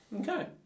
Okay